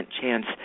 chance